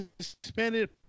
suspended